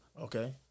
Okay